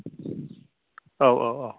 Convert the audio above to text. औ औ औ